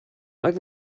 oedd